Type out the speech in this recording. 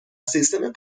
سیستم